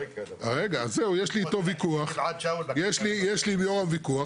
יש לי עם יורם ויכוח,